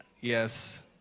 yes